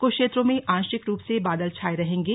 कुछ क्षेत्रों में आंशिक रूप से बादल छाये रहेंगे